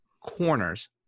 corners